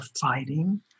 fighting